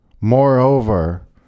moreover